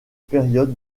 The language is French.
période